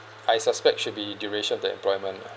I suspect should be duration the employment lah